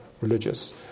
religious